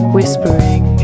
Whispering